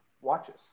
watches